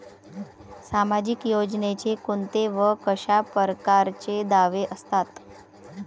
सामाजिक योजनेचे कोंते व कशा परकारचे दावे असतात?